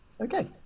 Okay